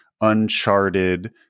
uncharted